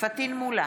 פטין מולא,